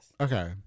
Okay